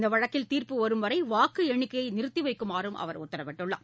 இந்தவழக்கில் தீர்ப்பு வரும்வரை வாக்குஎண்ணிக்கையைநிறுத்திவைக்குமாறும் அவர் உத்தரவிட்டார்